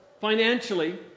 financially